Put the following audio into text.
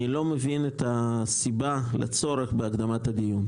אני לא מבין את הסיבה לצורך בהקדמת הדיון.